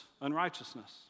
unrighteousness